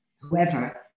whoever